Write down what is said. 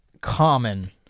common